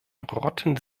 rotten